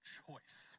choice